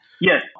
Yes